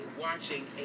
watching